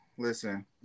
Listen